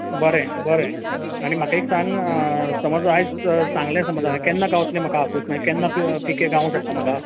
बरें बरें आनी म्हाका एक सांग समज आयज जर सांगलें समज हांवें केन्ना गावत्ले म्हाका आपूस मागीन केन्ना पि पिके गावों शकता म्हाका